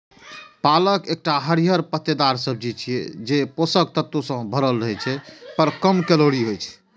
पालक एकटा हरियर पत्तेदार सब्जी छियै, जे पोषक तत्व सं भरल रहै छै, पर कम कैलोरी होइ छै